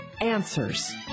answers